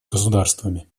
государствами